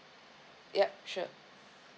yup sure